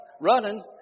running